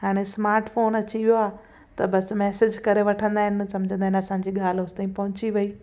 हाणे स्माटफोन अची वियो आहे त बसि मैसेज करे वठंदा आहिनि सम्झंदा आहिनि असांजी ॻाल्हि होसि ताईं पहुची वई